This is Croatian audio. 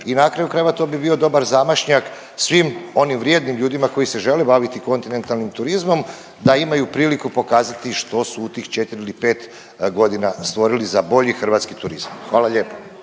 i na kraju krajeva to bi bio dobar zamašnjak svim onim vrijednim ljudima koji se žele baviti kontinentalnim turizmom da imaju priliku pokazati što su u tih 4. ili 5.g. stvorili za bolji hrvatski turizam. Hvala lijepo.